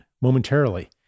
momentarily